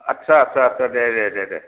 आत्सा आत्सा दे दे दे